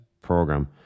program